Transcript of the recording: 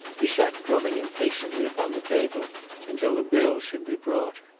he sat drumming impatiently upon the table until the bill should be brought.